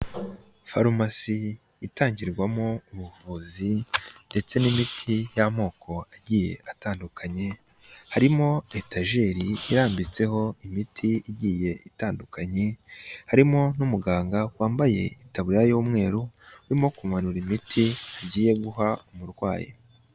Farumasi itangirwamo ubuvuzi ndetse n'imiti y'amoko agiye atandukanye, harimo etajeri irambitseho imiti igiye itandukanye, harimo n'umuganga wambaye igitaburiya y'umweru urimo kumanura imiti agiye guha umurwayi.